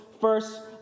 first